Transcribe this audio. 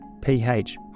pH